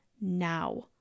now